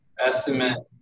estimate